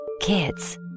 Kids